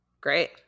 Great